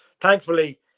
thankfully